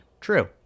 True